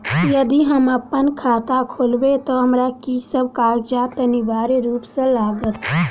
यदि हम अप्पन खाता खोलेबै तऽ हमरा की सब कागजात अनिवार्य रूप सँ लागत?